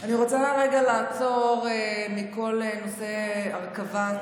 אני רוצה רגע לעצור מכל נושא ההרכבה,